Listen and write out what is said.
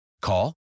Call